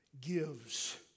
gives